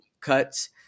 cuts